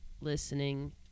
listening